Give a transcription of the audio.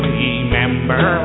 remember